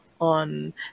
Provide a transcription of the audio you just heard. on